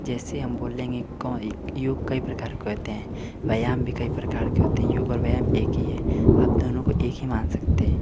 जैसे हम बोलेंगे को योग कई प्रकार के होते हैं व्यायाम भी कई प्रकार के होते हैं योग और व्यायाम एक ही है आप दोनों को एक ही मान सकते हैं